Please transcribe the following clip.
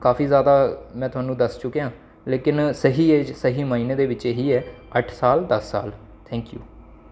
काफी जैदा में थोआनूं दस्सी चुकेआं लेकिन स्हेई ऐज स्हेई माहिने दे बिच्च एह् ही ऐ अट्ठ साल दस साल थैंक्यू